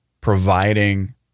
providing